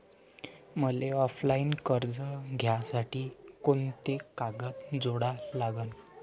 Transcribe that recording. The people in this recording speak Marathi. मले ऑफलाईन कर्ज घ्यासाठी कोंते कागद जोडा लागन?